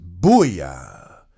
booyah